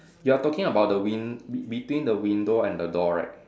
you are talking about the win~ between the window and the door right